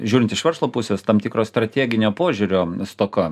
žiūrint iš verslo pusės tam tikro strateginio požiūrio stoka